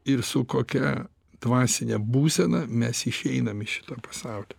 ir su kokia dvasine būsena mes išeinam iš šito pasaulio